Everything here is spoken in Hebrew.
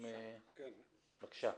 בקשה.